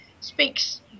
speaks